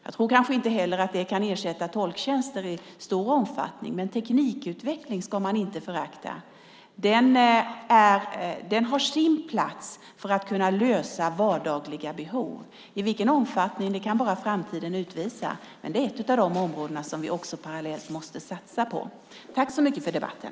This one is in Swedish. Jag tror inte heller att de kan ersätta tolktjänster i större omfattning, men teknikutveckling ska inte föraktas. Den har sin plats för att lösa vardagliga behov. I vilken omfattning kan bara framtiden utvisa, men det är ett av de områden som vi parallellt måste satsa på. Tack för debatten.